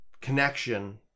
connection